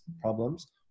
problems